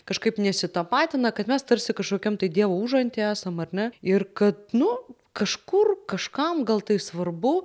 kažkaip nesitapatina kad mes tarsi kažkokiam tai dievo užanty esam ar ne ir kad nu kažkur kažkam gal tai svarbu